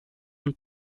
und